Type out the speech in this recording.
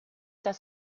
das